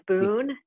spoon